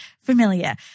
familiar